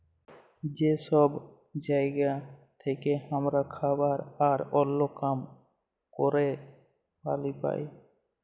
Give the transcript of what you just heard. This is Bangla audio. যে সব জায়গা থেক্যে হামরা খাবার আর ওল্য কাম ক্যরের পালি পাই